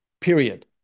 Period